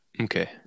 Okay